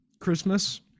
Christmas